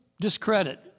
discredit